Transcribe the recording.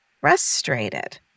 frustrated